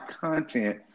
content